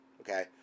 Okay